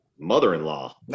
mother-in-law